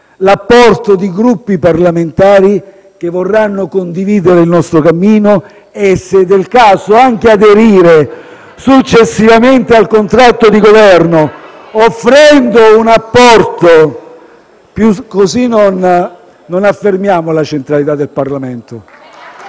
l'apporto di Gruppi parlamentari che vorranno condividere il nostro cammino, e, se del caso, anche aderire successivamente al contratto di Governo, offrendo un apporto più... *(Commenti dal Gruppo